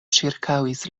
ĉirkaŭis